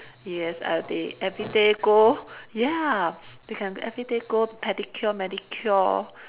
yes uh they everyday go ya they can every day go pedicure manicure